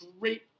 great